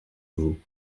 vous